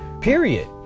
Period